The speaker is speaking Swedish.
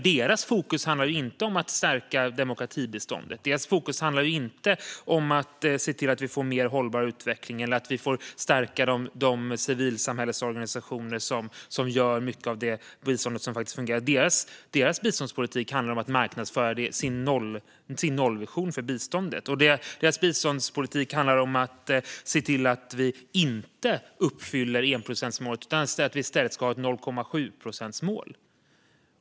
Deras fokus är nämligen inte att stärka demokratibiståndet, och deras fokus är inte att se till att vi får mer hållbar utveckling eller får stärka de civilsamhällesorganisationer som hanterar mycket av det bistånd som faktiskt fungerar. Deras biståndspolitik handlar om att marknadsföra deras nollvision för biståndet. Deras biståndspolitik handlar om att se till att vi inte uppfyller enprocentsmålet utan att vi i stället ska ha ett 0,7-procentsmål.